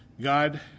God